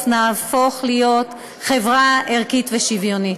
נהפוך להיות חברה ערכית ושוויונית.